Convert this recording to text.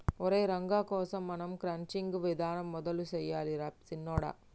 ఒరై రంగ కోసం మనం క్రచ్చింగ్ విధానం మొదలు సెయ్యాలి రా సిన్నొడా